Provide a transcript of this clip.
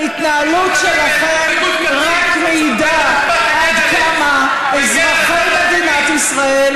וההתנהלות שלכם רק מעידה עד כמה אזרחי מדינת ישראל